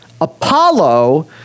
Apollo